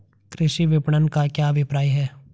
कृषि विपणन का क्या अभिप्राय है?